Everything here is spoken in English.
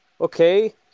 Okay